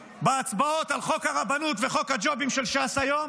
בהצבעות על חוק הרבנות וחוק הג'ובים של ש"ס היום